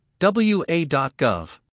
WA.gov